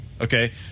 Okay